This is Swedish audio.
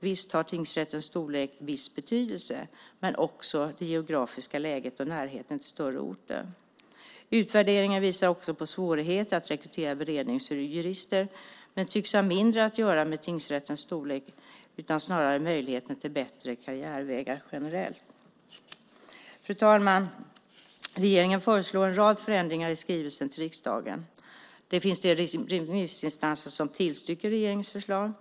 Visst har tingsrättens storlek viss betydelse, men också det geografiska läget och närheten till större orter. Utvärderingar visar också på svårigheter att rekrytera beredningsjurister, men detta tycks ha mindre att göra med tingsrättens storlek och mer med möjligheten till bättre karriärvägar generellt. Fru talman! Regeringen föreslår en rad förändringar i skrivelsen till riksdagen. Det finns remissinstanser som tillstyrker regeringens förslag.